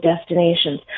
destinations